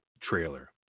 Trailer